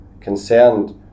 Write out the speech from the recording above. concerned